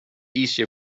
easier